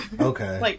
Okay